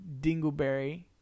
dingleberry